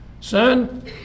son